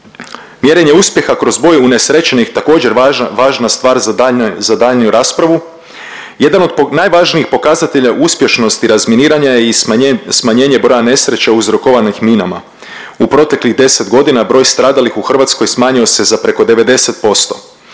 Mjerenje uspjeha kroz broj unesrećenih također važna stvar za daljnju, za daljnju raspravu. Jedan od najvažnijih pokazatelja uspješnosti razminiranja je i smanjenje broja nesreća uzrokovanih minama. U proteklih 10 godina broj stradalih u Hrvatskoj smanjio se za preko 90%.